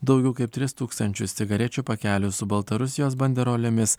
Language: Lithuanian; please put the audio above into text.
daugiau kaip tris tūkstančius cigarečių pakelių su baltarusijos banderolėmis